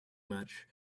much